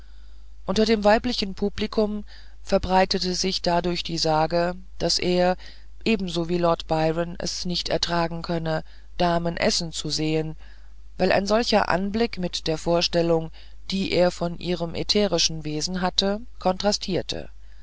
unter dem weiblichen publikum verbreitete sich dadurch die sage daß er ebenso wie lord byron es nicht vertragen könne damen essen zu sehen weil ein solcher anblick mit den vorstellungen die er von ihrem ätherischen wesen hatte kontrastiere